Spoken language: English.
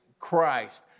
Christ